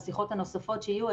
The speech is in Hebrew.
והשיחות הנוספות שיהיו,